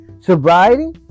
sobriety